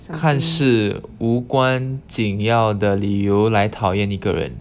看似无关紧要的理由来讨厌一个人